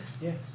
Yes